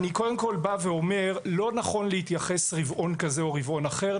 אני קודם כל בא ואומר שלא נכון להתייחס לרבעון כזה או רבעון אחר,